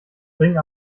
bringen